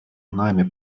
нами